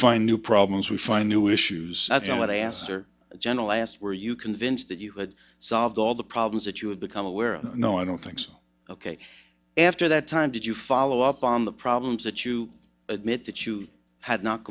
find new problems we find new issues that's what i asked or general asked were you convinced that you had solved all the problems that you had become aware of no i don't think so ok after that time did you follow up on the problems that you admit that you had not